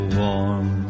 warm